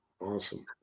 Awesome